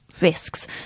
risks